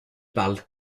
parle